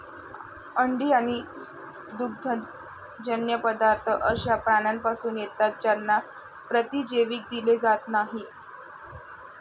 अंडी आणि दुग्धजन्य पदार्थ अशा प्राण्यांपासून येतात ज्यांना प्रतिजैविक दिले जात नाहीत